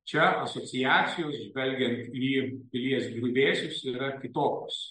čia asociacijos žvelgiant į pilies griuvėsius yra kitokios